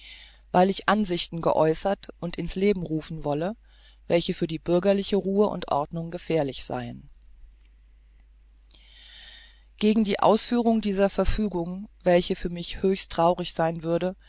weil ich ansichten geäußert und ins leben rufen wolle welche für die bürgerliche ruhe und ordnung gefährlich seien gegen die ausführung dieser verfügung welche für mich höchst traurig sein würde